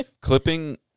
Clipping